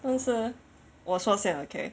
但是我说先 okay